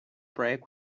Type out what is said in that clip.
break